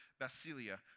basilia